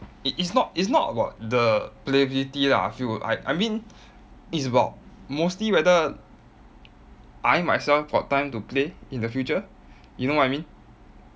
it is not it's not about the playability lah I feel I I mean it's about mostly whether I myself got time to play in the future you know what I mean